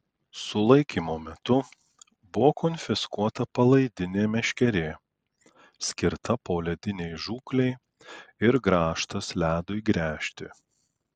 sulaikymo metu buvo konfiskuota palaidinė meškerė skirta poledinei žūklei ir grąžtas ledui gręžti